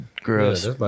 gross